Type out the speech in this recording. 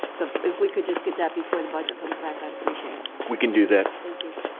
so if we could just get that before the budget comes back, i'd appreciate it. we can do that. thank you.